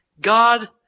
God